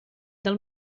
del